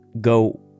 go